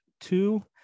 two